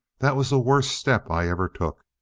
that was the worst step i ever took.